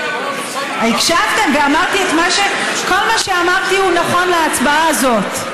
הקשבתם, וכל מה שאמרתי הוא נכון להצבעה הזאת.